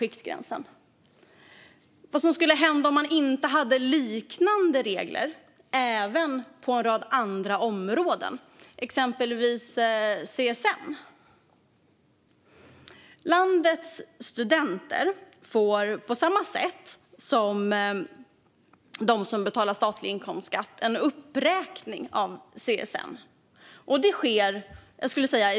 Man kan fundera på vad som skulle hända om vi inte hade liknande regler även på en rad andra områden, exempelvis för CSN. På samma sätt som de som betalar statlig inkomstskatt får en uppräkning av gränsen får landets studenter en uppräkning av CSN.